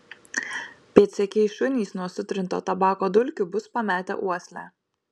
pėdsekiai šunys nuo sutrinto tabako dulkių bus pametę uoslę